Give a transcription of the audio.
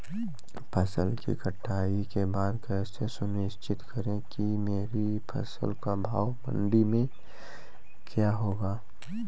फसल की कटाई के बाद कैसे सुनिश्चित करें कि मेरी फसल का भाव मंडी में क्या होगा?